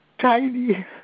tiny